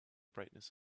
brightness